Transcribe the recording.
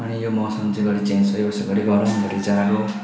अनि यो मौसम चाहिँ घरि चेन्ज भइबस्छ घरि गरम घरि जाडो